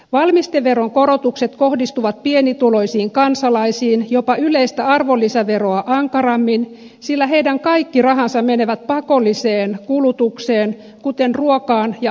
valmisteveron korotukset kohdistuvat pienituloisiin kansalaisiin jopa yleistä arvonlisäveroa ankarammin sillä heidän kaikki rahansa menevät pakolliseen kulutukseen kuten ruokaan ja asumiskustannuksiin